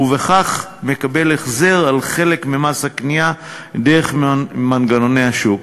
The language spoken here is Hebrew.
ובכך מקבל החזר על חלק ממס הקנייה דרך מנגנוני השוק.